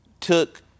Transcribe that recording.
took